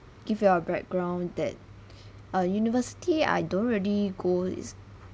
give you a background that uh university I don't really go is